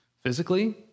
Physically